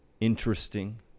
Interesting